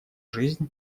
жизнь